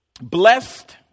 Blessed